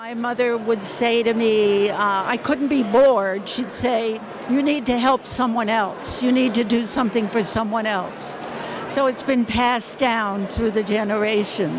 my mother would say to me i couldn't be bored she'd say you need to help someone else you need to do something for someone else so it's been passed down through the generation